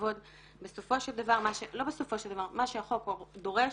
החוק דורש